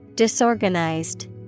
Disorganized